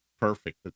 perfect